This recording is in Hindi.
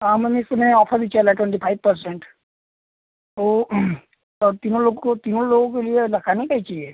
हाँ मैम इस समय आफर भी चल रहा है ट्वेंटी फाइव परसेंट तो और तीनो लोगों को तीनो लोगों के लिए लखानी का ही चाहिए